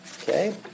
Okay